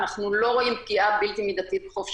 אנחנו לא רואים פגיעה בלתי מידתית בחופש